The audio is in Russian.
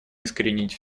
искоренить